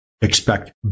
Expect